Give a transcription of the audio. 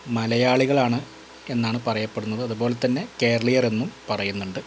മലയാളികളാണ് എന്നാണ് പറയപ്പെടുന്നത് അതുപോലെതന്നെ കേരളീയരെന്നും പറയുന്നുണ്ട്